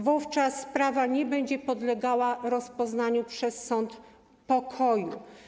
Wówczas sprawa nie będzie podlegała rozpoznaniu przez sąd pokoju.